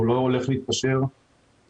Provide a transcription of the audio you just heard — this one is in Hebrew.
והוא לא הולך להתפשר בקמצוץ.